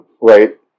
right